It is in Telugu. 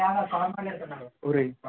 ఉరి